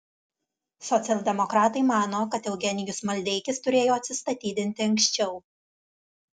socialdemokratai mano kad eugenijus maldeikis turėjo atsistatydinti anksčiau